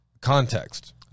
context